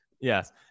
Yes